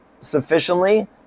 sufficiently